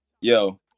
yo